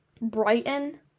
Brighton